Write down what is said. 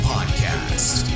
Podcast